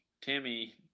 Tammy